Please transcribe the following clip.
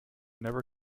never